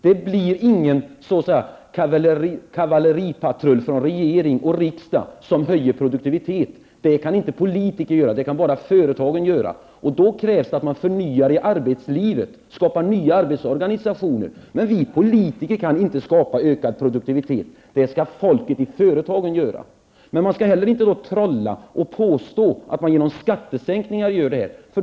Det blir ingen kavalleripatrull från regering och riksdag som kommer att höja produktiviteten. Det kan inte politiker göra. Det kan bara företagen göra. Det krävs då att man förnyar i arbetslivet och skapar nya arbetsorgnisationer. Vi politiker kan inte skapa ökad produktivitet. Det skall folket i företagen göra. Men man skall inte heller trolla och påstå att man genom skattesänkningar kan göra detta.